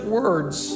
words